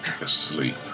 asleep